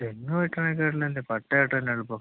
തെങ്ങ് വയ്ക്കുന്നതിനേക്കാൾ നല്ല പട്ട വയ്ക്കുന്നതാണ് എളുപ്പം